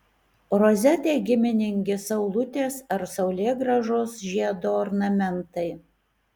rozetei giminingi saulutės ar saulėgrąžos žiedo ornamentai